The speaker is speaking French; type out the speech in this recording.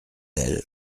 elle